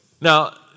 Now